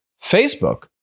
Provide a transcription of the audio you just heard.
Facebook